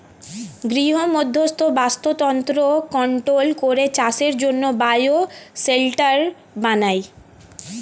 গৃহমধ্যস্থ বাস্তুতন্ত্র কন্ট্রোল করে চাষের জন্যে বায়ো শেল্টার বানায়